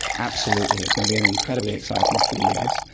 absolutely, it's going to be an incredibly exciting few years.